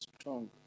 strong